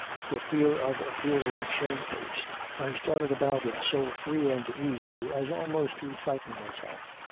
for fear of appearing shamefaced i started about it so free and easy as almost to frighten myself.